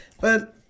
But-